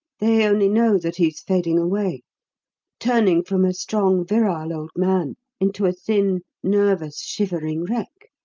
they only know that he's fading away turning from a strong, virile old man into a thin, nervous, shivering wreck.